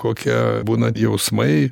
kokia būna jausmai